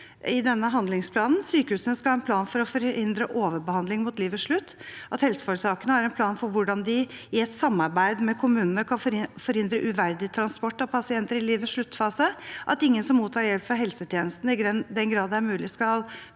i denne handlingsplanen: – Sykehusene skal ha en plan for å forhindre overbehandling mot livets slutt. – Helseforetakene skal ha en plan for hvordan de i et samarbeid med kommunene kan forhindre uverdig transport av pasienter i livets sluttfase. – Ingen som mottar hjelp fra helsetjenestene, skal, i den grad det er mulig,